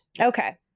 Okay